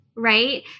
right